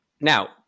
now